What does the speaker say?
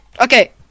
Okay